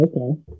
Okay